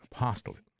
apostolate